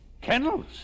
Kennels